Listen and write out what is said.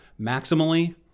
Maximally